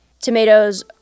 Tomatoes